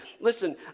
Listen